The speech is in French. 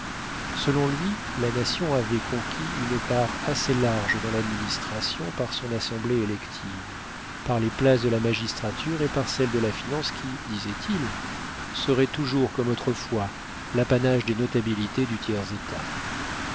selon lui la nation avait conquis une part assez large dans l'administration par son assemblée élective par les places de la magistrature et par celles de la finance qui disait-il seraient toujours comme autrefois l'apanage des notabilités du tiers-état